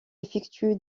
effectue